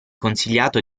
consigliato